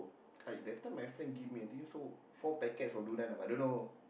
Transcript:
uh that time my friend give me I think so about four packets of durian lah but I don't know